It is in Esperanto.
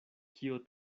kio